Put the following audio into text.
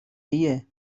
ایه